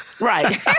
Right